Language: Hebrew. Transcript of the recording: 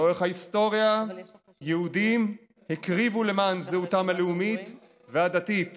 לאורך ההיסטוריה יהודים הקריבו למען זהותם הלאומית והדתית